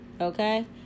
Okay